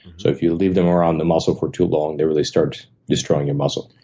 so if you leave them around the muscle for too long, they really start destroying your muscle.